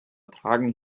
tragen